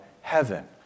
heaven